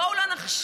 בואו לא נכשיל.